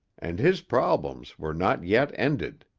and his problems were not yet ended.